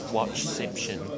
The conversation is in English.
Watchception